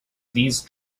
these